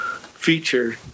feature